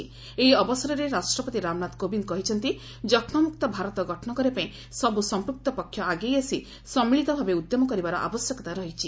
ଏହି ଅବସରରେ ରାଷ୍ଟ୍ରପତି ରାମନାଥ କୋବିନ୍ଦ୍ କହିଛନ୍ତି ଯକ୍କାମୁକ୍ତ ଭାରତ ଗଠନ କରିବାପାଇଁ ସବୁ ସମ୍ପୃକ୍ତ ପକ୍ଷ ଆଗେଇ ଆସି ସମ୍ମିଳିତ ଭାବେ ଉଦ୍ୟମ କରିବାର ଆବଶ୍ୟକତା ରହିଛି